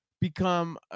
become